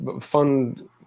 fund